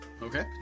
Okay